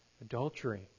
adultery